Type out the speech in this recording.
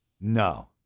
no